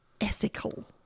ethical